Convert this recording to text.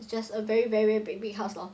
it's just a very very big big house lor